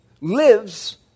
lives